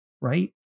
right